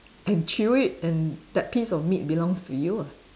and chew it and that piece of meat belongs to you ah